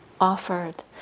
offered